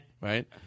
Right